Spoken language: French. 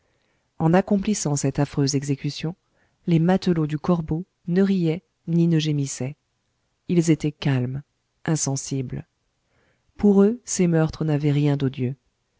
en accomplissant cette affreuse exécution les matelots du corbeau ne riaient ni ne gémissaient ils étaient calmes insensibles pour eux ces meurtres n'avaient rien